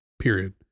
period